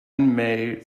may